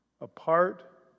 apart